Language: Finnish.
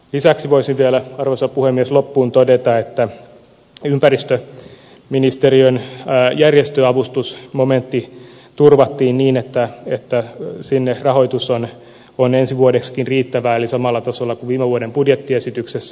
lisäksi voisin vielä arvoisa puhemies loppuun todeta että ympäristöministeriön järjestöavustusmomentti turvattiin niin että sinne rahoitus on ensi vuodeksikin riittävää eli samalla tasolla kuin viime vuoden budjettiesityksessä